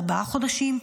ארבעה חודשים,